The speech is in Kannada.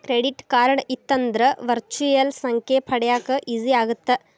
ಕ್ರೆಡಿಟ್ ಕಾರ್ಡ್ ಇತ್ತಂದ್ರ ವರ್ಚುಯಲ್ ಸಂಖ್ಯೆ ಪಡ್ಯಾಕ ಈಜಿ ಆಗತ್ತ?